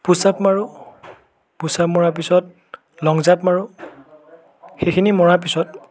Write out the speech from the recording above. পুছ up মাৰোঁ push up মৰাৰ পিছত লং জাঁপ মাৰোঁ সেইখিনি মৰাৰ পিছত